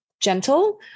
gentle